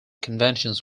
conventions